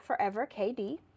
foreverkd